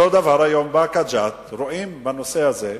אותו הדבר היום באקה ג'ת רואים בנושא הזה.